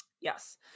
Yes